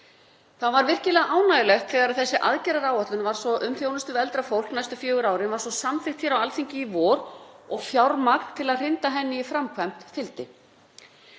Það var virkilega ánægjulegt þegar þessi aðgerðaáætlun um þjónustu við eldra fólk næstu fjögur árin var svo samþykkt hér á Alþingi í vor og fjármagn til að hrinda henni í framkvæmd fylgdi.